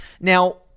Now